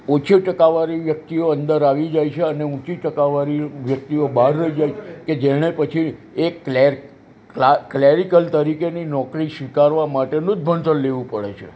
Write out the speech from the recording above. ઓછી ટકાવારી વ્યક્તિઓ અંદર આવી જાય છે અને ઉંચી ટકાવારી વ્યક્તિઓ બહાર રહી જાય કે જેને પછી એક ક્લેરિકલ તરીકેની નોકરી સ્વીકારવાં માટેનું જ ભણતર લેવું પડે છે